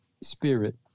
spirit